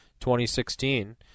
2016